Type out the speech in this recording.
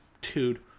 dude